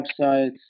websites